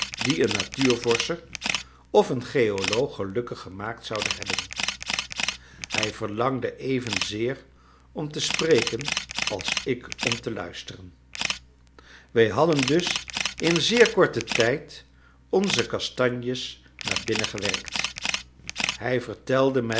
die een natuurvorscher of een geoloog gelukkig gemaakt zouden hebben hij verlangde evenzeer om te spreken als ik om te luisteren wij hadden dus in zeer korten tijd onze kastanjes naar binnen gewerkt hij vertelde mij